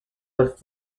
was